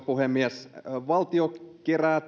puhemies valtio kerää